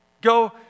Go